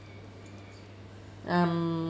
um